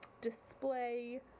display